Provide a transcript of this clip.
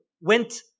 went